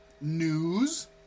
news